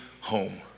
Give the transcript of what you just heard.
home